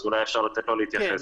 אז אולי אפשר לתת לו להתייחס.